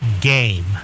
game